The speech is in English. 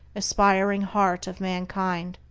aspiring heart of mankind.